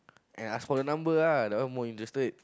and ask for the number ah that one more interested